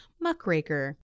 Muckraker